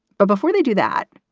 but before they do that,